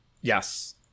Yes